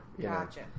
Gotcha